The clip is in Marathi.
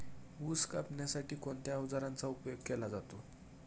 ऊस कापण्यासाठी कोणत्या अवजारांचा उपयोग केला जातो?